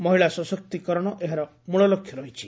ମହିଳା ସଶକ୍ତିକରଣ ଏହାର ମୁଖ୍ୟଲକ୍ଷ୍ୟ ରହିଛି